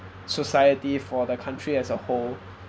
society for the country as a whole